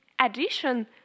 addition